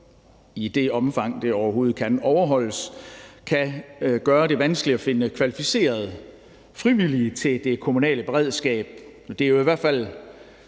i det omfang, det overhovedet kan overholdes – kan gør det vanskeligt at finde kvalificerede frivillige til det kommunale redskab. Det er jo i hvert fald